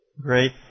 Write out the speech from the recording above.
Great